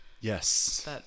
Yes